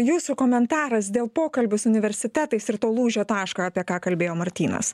jūsų komentaras dėl pokalbių su universitetais ir to lūžio tašką apie ką kalbėjo martynas